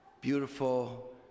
beautiful